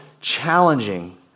challenging